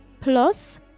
plus